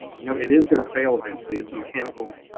you know it is gonna fail eventually. it's a mechanical